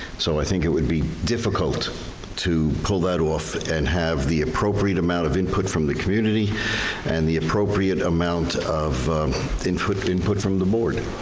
so i think it would be difficult to pull that off and have the appropriate amount of input from the community and the appropriate amount of input input from the board.